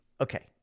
Okay